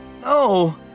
No